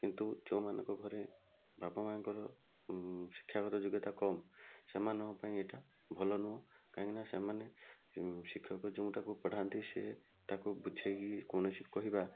କିନ୍ତୁ ଯେଉଁମାନଙ୍କ ଘରେ ବାପା ମାଁଙ୍କର ଶିକ୍ଷାଗତ ଯୋଗ୍ୟତା କମ ସେମାନଙ୍କ ପାଇଁ ଏଇଟା ଭଲ ନୁହଁ କାହିଁକିନା ସେମାନେ ଶିକ୍ଷକ ଯେଉଁଟାକୁ ପଢ଼ାନ୍ତି ସିଏ ତାକୁ ବୁଝାଇକି କୌଣସି କହିବା